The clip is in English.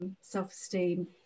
self-esteem